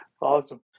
Awesome